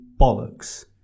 bollocks